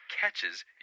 catches